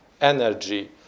energy